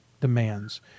demands